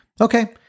Okay